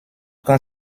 quand